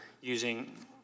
using